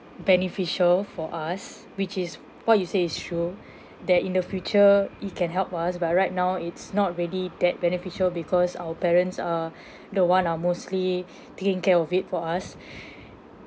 beneficial for us which is what you say is true that in the future it can help us but right now it's not really that beneficial because our parents are the one are mostly taking care of it for us